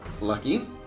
Lucky